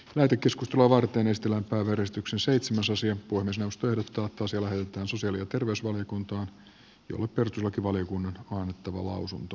lähetekeskustelua varten estellä verestyksen seitsemäs osia voi myös nousta nostoa asia lähetetään sosiaali ja terveysvaliokuntaan jolle perustuslakivaliokunnan on annettava lausunto